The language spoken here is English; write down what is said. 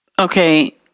Okay